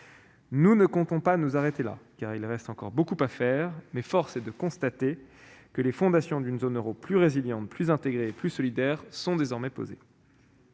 Nous ne comptons pas nous arrêter là, car il reste encore beaucoup à faire, mais force est de constater que les fondations d'une zone euro plus résiliente, plus intégrée et plus solidaire sont désormais posées.